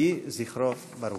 יהי זכרו ברוך.